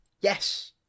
Yes